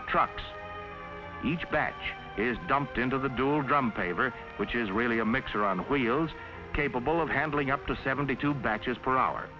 of trucks each batch is dumped into the door grump a very which is really a mixer on wheels capable of handling up to seventy two batches per hour